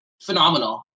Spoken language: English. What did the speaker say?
phenomenal